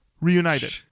Reunited